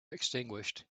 extinguished